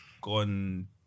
gone